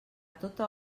tota